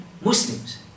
Muslims